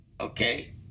Okay